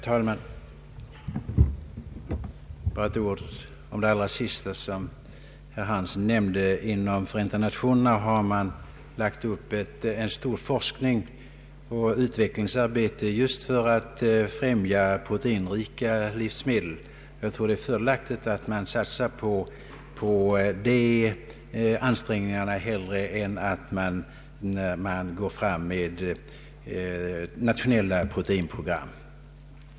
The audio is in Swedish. Herr talman! Ett par ord om det som herr Hansson nämnde allra sist i sitt anförande. Inom Förenta nationerna har man lagt upp ett stort forskningsoch utvecklingsarbete just för att få fram proteinrikare livsmedel. Jag tror att det är mer fördelaktigt att man satsar på de ansträngningarna än att gå fram med nationella proteinprogram.